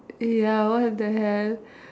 ya what the hell